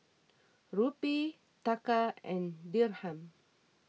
Rupee Taka and Dirham